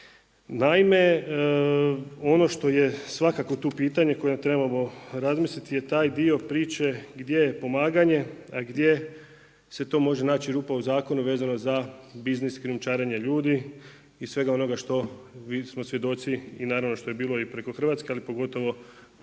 Naime, ono što je svakako tu pitanje koje trebamo razmisliti je taj dio priče gdje je pomaganje a gdje se to može naći rupa u zakonu vezano za biznis, krijumčarenje ljudi i svega onoga što smo svjedoci i naravno što je bilo i preko Hrvatske ali pogotovo